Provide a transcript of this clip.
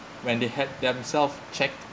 when they have themselves checked